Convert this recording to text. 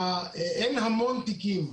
אין המון תיקים,